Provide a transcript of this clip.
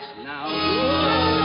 now